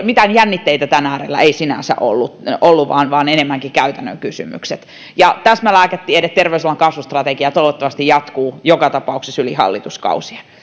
mitään jännitteitä tämän äärellä ei sinänsä ollut vaan vaan enemmänkin käytännön kysymykset täsmälääketiede osana terveysalan kasvustrategiaa toivottavasti jatkuu joka tapauksessa yli hallituskausien